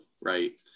right